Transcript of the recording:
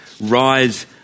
rise